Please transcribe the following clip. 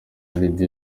lydia